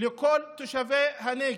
לכל תושבי הנגב,